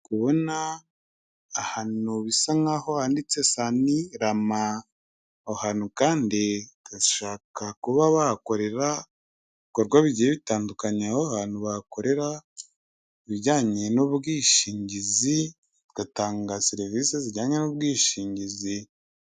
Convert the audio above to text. Ndi kubona ahantu bisa nk'aho handitse Sanirama. Aho hantu kandi byashoboka kuba bahakorera ibikorwa bigiye bitandukanye, aho ahantu bakorera ibijyanye n'ubwishingizi, batanga serivisi zijyanye n'ubwishingizi.